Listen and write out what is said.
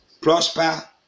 prosper